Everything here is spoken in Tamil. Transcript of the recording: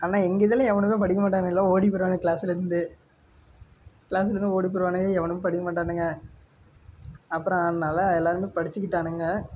ஆனால் எங்கள் இதில் எவனும் படிக்க மாட்டானுங்க எல்லா ஓடி போயிடுவானுங்க கிளாஸ்லேருந்து கிளாஸ்லேருந்து ஓடி போயிடுவானுங்க எவனும் படிக்க மாட்டானுங்க அப்புறம் அதனால் எல்லோருமே படிச்சுக்கிட்டானுங்க